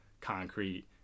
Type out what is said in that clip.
concrete